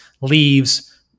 leaves